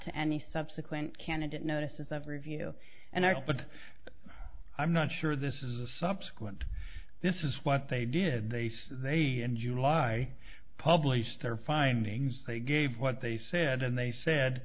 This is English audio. to any subsequent candidate notices of review and x but i'm not sure this is a subsequent this is what they did they say they in july published their findings they gave what they said and they said